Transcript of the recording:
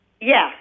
Yes